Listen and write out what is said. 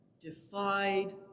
defied